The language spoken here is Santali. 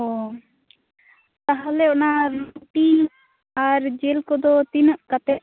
ᱚ ᱛᱟᱦᱚᱞᱮ ᱚᱱᱟ ᱨᱩᱴᱤ ᱟᱨ ᱡᱤᱞ ᱠᱚᱫᱚ ᱛᱤᱱᱟ ᱜ ᱠᱟᱛᱮᱫ